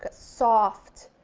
but soft.